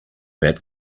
that